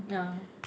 ah